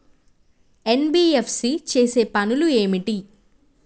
NBFC చేసే పనులు ఏమిటి?